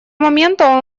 момента